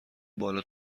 بالا